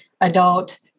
adult